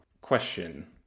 Question